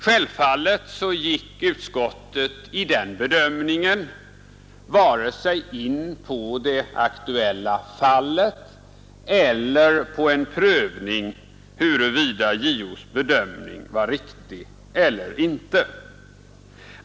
Självfallet gick utskottet vid den bedömningen varken in på det aktuella fallet eller på en prövning av huruvida JO:s bedömning var riktig eller ej.